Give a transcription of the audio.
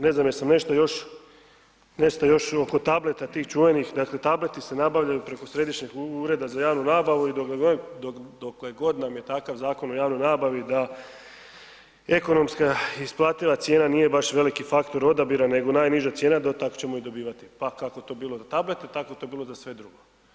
Ne znam jel sam nešto još oko tableta tih čuvenih, dakle tableti se nabavljaju preko središnjeg ureda za javnu nabavu i dokle god nam je takav zakon o javnoj nabavi da ekonomska isplativa cijena nije baš veliki faktor odabira nego najniža cijena, do tad ćemo je dobivati pa kako to bilo do tableta, tako je to bilo i za sve drugo.